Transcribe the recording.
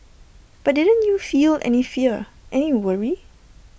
but didn't you feel any fear any worry